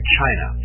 China